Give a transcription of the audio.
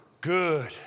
good